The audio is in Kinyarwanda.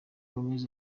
gómez